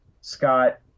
Scott